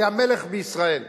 היה מלך בישראל,